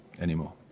anymore